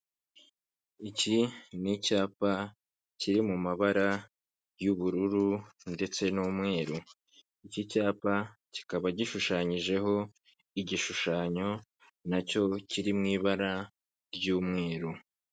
Iki ni icyapa kiri mu mabara y'ubururu ndetse n'umweru, iki cyapa kikaba gishushanyijeho igishushanyo nacyo kiri mu ibara ry'umweru.